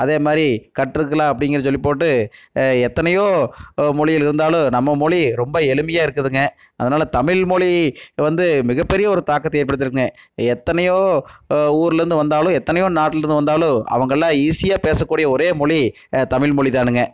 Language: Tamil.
அதே மாரி கற்றுக்குலாம் அப்புடிங்குறதை சொல்லிப்போட்டு எத்தனையோ மொழிகள் இருந்தாலும் நம்ம மொழி ரொம்ப எளிமையாக இருக்குதுங்க அதனால் தமிழ் மொழி வந்து மிகப்பெரிய ஒரு தாக்கத்தை ஏற்படுத்தி இருக்குங்க எத்தனையோ ஊர்லேந்து வந்தாலும் எத்தனையோ நாட்லேந்து வந்தாலும் அவங்கள்லாம் ஈசியாக பேசக்கூடிய ஒரே மொழி தமிழ் மொழிதானுங்க